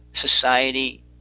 society